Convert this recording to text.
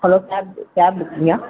hello cab cab புக்கிங்கா